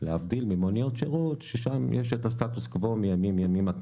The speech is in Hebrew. להבדיל ממוניות שירות ששם יש את הסטטוס קוו מימים ימימה,